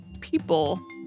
people